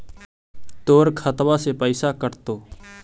तोर खतबा से पैसा कटतो?